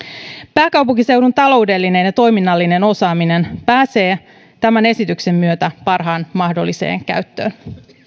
pääkaupunkiseudun taloudellinen ja toiminnallinen osaaminen pääsee tämän esityksen myötä parhaaseen mahdolliseen käyttöön